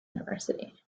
university